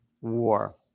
war